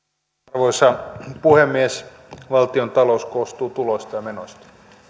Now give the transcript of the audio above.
arvoisa puhemies valtiontalous koostuu tuloista ja menoista